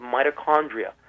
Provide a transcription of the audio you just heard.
mitochondria